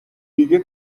دیگه